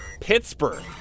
Pittsburgh